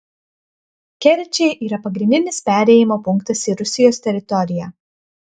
kerčė yra pagrindinis perėjimo punktas į rusijos teritoriją